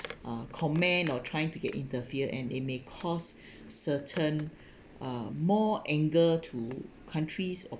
uh comment or trying to get interfere and it may cause certain uh more anger to countries or